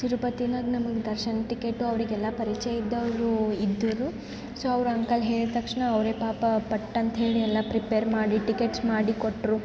ತಿರುಪತಿನಾಗೆ ನಮ್ಗೆ ದರ್ಶನ ಟಿಕೇಟು ಅವರಿಗೆಲ್ಲ ಪರಿಚಯ ಇದ್ದವರು ಇದ್ದರು ಸೋ ಅವ್ರ ಅಂಕಲ್ ಹೇಳಿ ತಕ್ಷಣ ಅವರೆ ಪಾಪ ಪಟ್ಟಂತ ಹೇಳಿ ಎಲ್ಲ ಪ್ರಿಪೇರ್ ಮಾಡಿ ಟಿಕೆಟ್ಸ್ ಮಾಡಿ ಕೊಟ್ಟರು